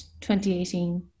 2018